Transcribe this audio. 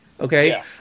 Okay